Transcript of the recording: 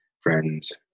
friends